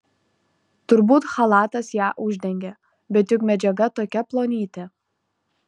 turbūt chalatas ją uždengė bet juk medžiaga tokia plonytė